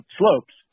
slopes